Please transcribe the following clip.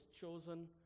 chosen